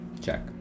check